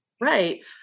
right